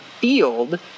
field